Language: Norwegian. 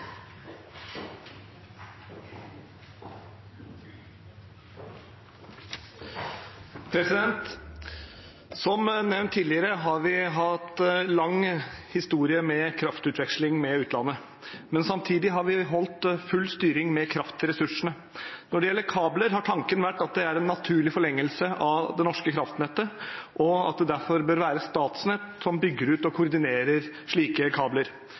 Som nevnt tidligere har vi hatt en lang historie med kraftutveksling med utlandet, men samtidig har vi hatt full styring med kraftressursene. Når det gjelder kabler, har tanken vært at de er en naturlig forlengelse av det norske kraftnettet, og at det derfor bør være Statnett som bygger ut og koordinerer slike kabler.